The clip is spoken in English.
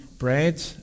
Bread